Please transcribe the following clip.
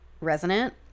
resonant